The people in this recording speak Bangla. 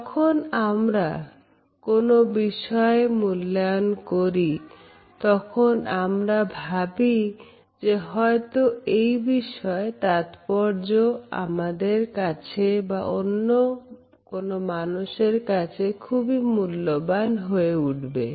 যখন আমরা কোনো বিষয়ে মূল্যায়ন করি তখন আমরা ভাবি যে হয়তো এই বিষয়ে তাৎপর্য আমাদের কাছে বা অন্য কোন মানুষের কাছে খুবই মূল্যবান হয়ে উঠবে